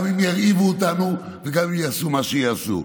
גם אם ירעיבו אותנו וגם אם יעשו מה שיעשו.